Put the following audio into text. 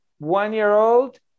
One-year-old